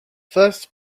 first